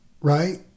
Right